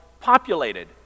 populated